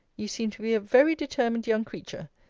you seem to be a very determined young creature.